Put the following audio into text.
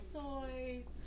toys